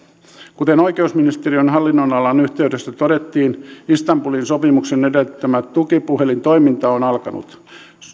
kuten oikeusministeriön hallinnonalan yhteydessä todettiin istanbulin sopimuksen edellyttämä tukipuhelintoiminta on alkanut